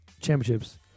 championships